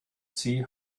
see